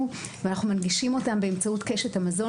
ואנחנו מנגישים אותן באמצעות קשת המזון,